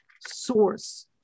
source